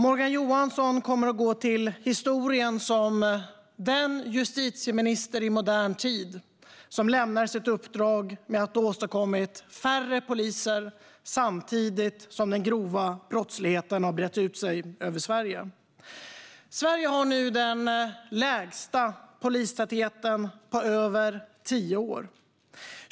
Morgan Johansson kommer att gå till historien som den justitieminister i modern tid som lämnar sitt uppdrag med att ha åstadkommit färre poliser samtidigt som den grova brottsligheten har brett ut sig över Sverige. Sverige har nu den lägsta polistätheten på över tio år.